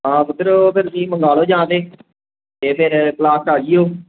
ਹਾਂ ਪੁੱਤਰ ਉਹ ਫਿਰ ਤੁਸੀਂ ਮੰਗਵਾ ਲਉ ਜਾਂ ਤਾਂ ਅਤੇ ਫਿਰ ਕਲਾਸ 'ਚ ਆ ਜਾਇਓ